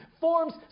forms